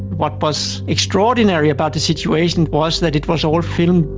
what was extraordinary about the situation was that it was all filmed.